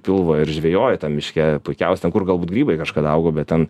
pilvo ir žvejoji tam miške puikiausia ten kur galbūt grybai kažkada augo bet ten